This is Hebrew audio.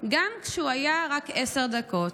גם כשהוא היה רק עשר דקות.